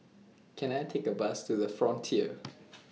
Can I Take A Bus to The Frontier